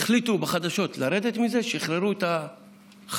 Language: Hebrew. החליטו בחדשות לרדת מזה, שחררו את החשוד,